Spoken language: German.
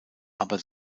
aber